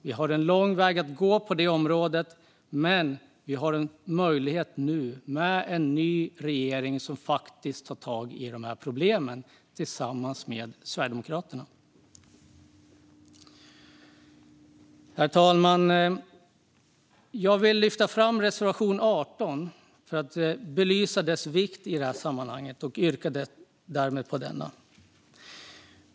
Vi har en lång väg att gå på det området. Men vi har nu en möjlighet med en ny regering som tar tag i de här problemen tillsammans med Sverigedemokraterna. Herr talman! Jag vill lyfta fram reservation 18 för att belysa dess vikt i sammanhanget och yrkar därmed bifall till denna.